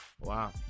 Wow